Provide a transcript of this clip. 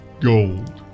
Gold